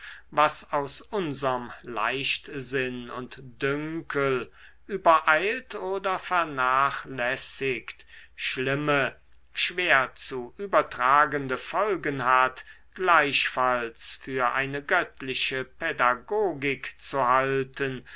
was aus unserm leichtsinn und dünkel übereilt oder vernachlässigt schlimme schwer zu übertragende folgen hat gleichfalls für eine göttliche pädagogik zu halten